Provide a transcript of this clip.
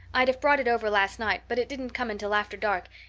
i'd have brought it over last night, but it didn't come until after dark,